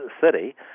city